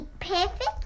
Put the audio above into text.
perfect